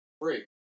free